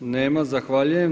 Nema, zahvaljujem.